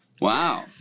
Wow